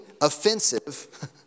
offensive